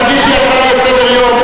תגישי הצעה לסדר-היום.